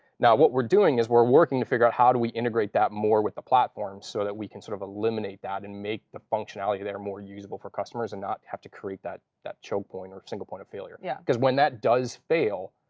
now, what we're doing is we're working to figure out how do we integrate that more with the platform so that we can sort of eliminate that and make the functionality there more usable for customers and not have to create that that choke-point or single point of failure. yeah because when that does fail,